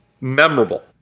Memorable